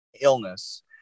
illness